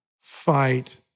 fight